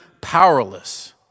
powerless